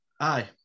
Aye